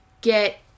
get